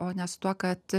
o ne su tuo kad